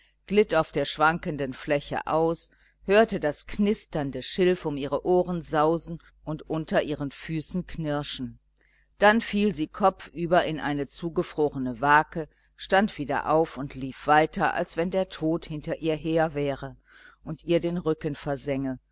glitt auf der schwankenden fläche aus hörte das knisternde schilf um ihre ohren sausen und unter ihren füßen knirschen dann fiel sie kopfüber in eine zugefrorene wake stand wieder auf und lief weiter als wenn der tod hinter ihr her wäre und ihr den rücken versenge